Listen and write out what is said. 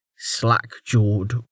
slack-jawed